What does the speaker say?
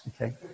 okay